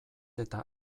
eta